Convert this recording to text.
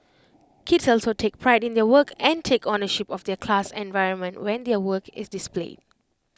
kids also take pride in their work and take ownership of their class environment when their work is displayed